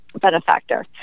benefactor